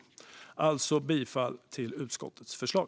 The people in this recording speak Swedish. Jag yrkar bifall till utskottets förslag.